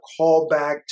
callback